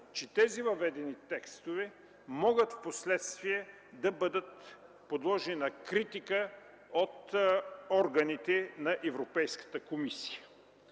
че тези въведени текстове впоследствие могат да бъдат подложени на критика от органите на Европейската комисия.